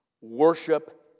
Worship